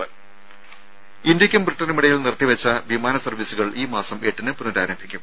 രുമ ഇന്ത്യയ്ക്കും ബ്രിട്ടിനുമിടയിൽ നിർത്തിവെച്ച വിമാന സർവ്വീസുകൾ ഈ മാസം എട്ടിന് പുനഃരാരംഭിക്കും